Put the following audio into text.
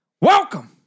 Welcome